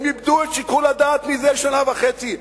הם איבדו את שיקול הדעת מזה שנה וחצי.